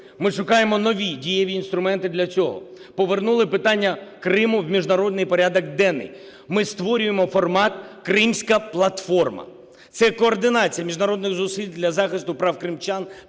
Ми шукаємо нові дієві інструменти для цього. Повернули питання Криму в міжнародний порядок денний. Ми створюємо формат "Кримська платформа" – це координація міжнародних зусиль для захисту прав кримчан